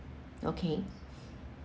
okay